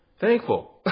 Thankful